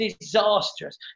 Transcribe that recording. disastrous